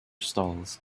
stalls